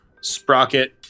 Sprocket